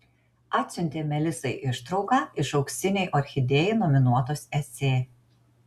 atsiuntė melisai ištrauką iš auksinei orchidėjai nominuotos esė